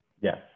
yes